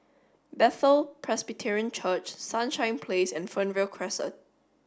Bethel Presbyterian Church Sunshine Place and Fernvale Crescent